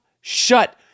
shut